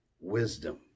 wisdom